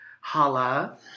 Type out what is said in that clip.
Hala